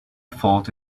fault